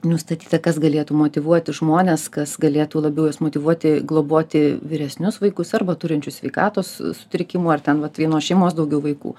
nustatyta kas galėtų motyvuoti žmones kas galėtų labiau juos motyvuoti globoti vyresnius vaikus arba turinčius sveikatos sutrikimų ar ten vat vienos šeimos daugiau vaikų